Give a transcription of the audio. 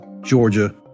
Georgia